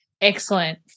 Excellent